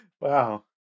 wow